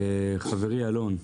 חברי אלון,